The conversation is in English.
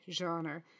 genre